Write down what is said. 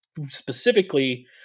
specifically